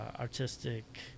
artistic